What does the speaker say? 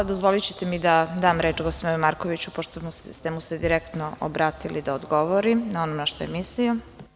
Dozvolićete mi da reč dam gospodinu Markoviću, pošto ste mu se direktno obratili, da odgovori na ono na šta je mislio.